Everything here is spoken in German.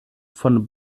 von